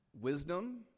wisdom